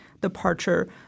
departure